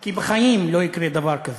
כי בחיים לא יקרה דבר כזה,